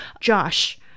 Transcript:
Josh